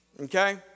okay